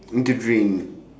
in the drain